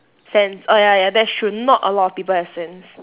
sense oh ya ya that's true not a lot of people have sense